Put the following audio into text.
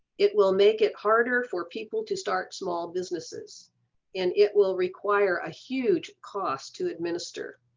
it will make it harder for people to start small businesses and it will require a huge cost to administer.